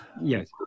yes